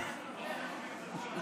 מאמין?